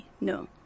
No